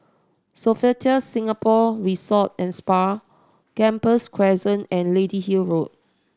Sofitel Singapore Resort and Spa Gambas Crescent and Lady Hill Road